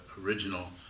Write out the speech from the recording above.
original